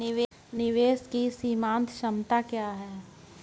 निवेश की सीमांत क्षमता क्या है?